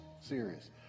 serious